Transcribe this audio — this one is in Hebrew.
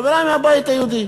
חברי מהבית היהודי,